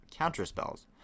counterspells